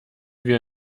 wir